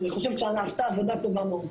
אני חושבת שנעשתה עבודה טובה מאוד.